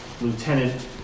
lieutenant